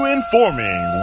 Informing